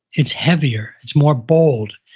it's heavier, it's more bold.